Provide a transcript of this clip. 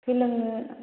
सोलोंनो